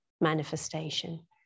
manifestation